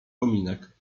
kominek